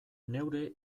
neure